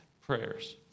prayers